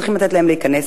צריכים לתת להם להיכנס,